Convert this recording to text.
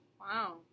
Wow